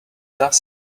dust